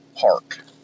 park